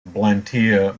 blantyre